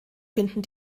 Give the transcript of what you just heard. finden